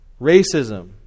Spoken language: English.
Racism